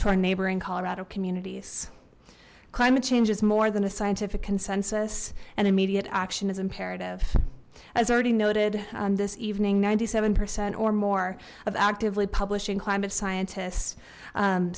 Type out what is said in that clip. our neighboring colorado communities climate change is more than a scientific consensus and immediate action is imperative as already noted on this evening ninety seven percent or more of actively publishing climate scientists